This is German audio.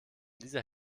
dieser